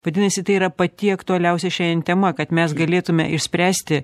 vadinasi tai yra pati aktualiausia šiandien tema kad mes galėtume išspręsti